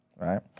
right